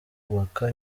bubaka